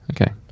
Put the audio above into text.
Okay